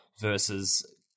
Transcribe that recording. versus